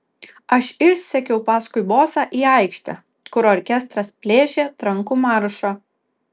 aš išsekiau paskui bosą į aikštę kur orkestras plėšė trankų maršą